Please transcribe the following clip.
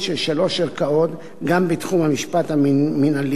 שלוש ערכאות גם בתחום המשפט המינהלי,